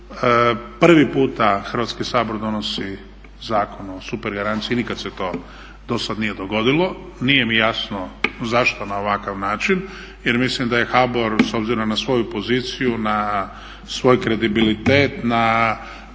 prvi puta Hrvatski sabor donosi Zakon o supergaranciji, nikad se to do sada nije dogodilo. Nije mi jasno zašto na ovakav način jer mislim da je HBOR s obzirom na svoju poziciju na svoj kredibilitet, na